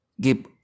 give